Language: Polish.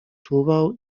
czuwał